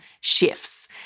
shifts